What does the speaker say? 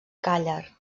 càller